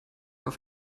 auf